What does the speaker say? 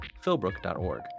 Philbrook.org